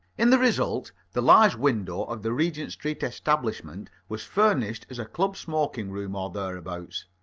in the result, the large window of the regent street establishment was furnished as a club smoking-room or thereabouts.